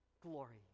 Glory